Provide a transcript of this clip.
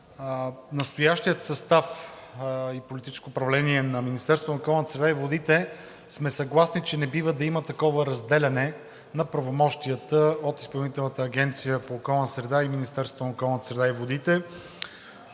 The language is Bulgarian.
Настоящият състав и политическо управление на Министерството на околната среда и водите сме съгласни, че не бива да има такова разделяне на правомощията от Изпълнителната агенция по околна среда и Министерството на околната среда и водите.